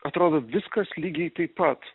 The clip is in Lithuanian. atrodo viskas lygiai taip pat